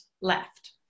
left